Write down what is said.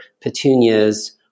petunias